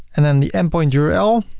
and then the endpoint url,